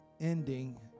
ending